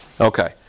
Okay